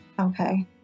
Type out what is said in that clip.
okay